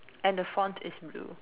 and the font is blue